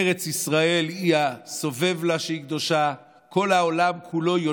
ארץ ישראל היא הסובב לה, שהיא קדושה.